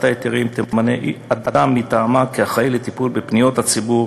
ההיתרים תמנה אדם מטעמה כאחראי לטיפול בפניות הציבור